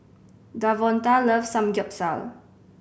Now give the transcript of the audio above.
Davonta loves Samgyeopsal